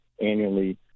annually